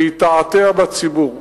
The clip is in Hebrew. ויתעתע בציבור.